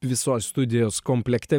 visos studijos komplekte